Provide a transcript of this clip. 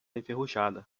enferrujada